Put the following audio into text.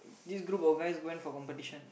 this group of guys went for competition